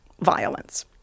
violence